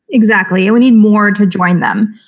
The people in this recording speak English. exactly. and we need more to join them.